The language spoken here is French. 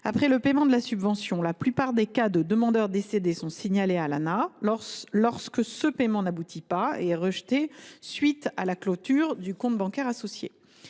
Après le paiement de la subvention, la plupart des cas de demandeurs décédés sont signalés à l’Anah quand le paiement n’aboutit pas et est rejeté à la suite de la clôture du compte bancaire associé.